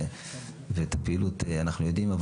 ואת הפעילות אנחנו יודעים,